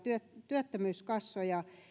työttömyyskassoja